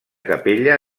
capella